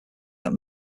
that